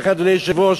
ולכן, אדוני היושב-ראש,